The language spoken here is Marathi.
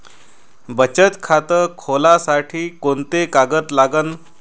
बचत खात खोलासाठी कोंते कागद लागन?